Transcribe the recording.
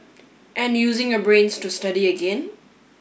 and using your brains to study again